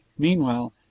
Meanwhile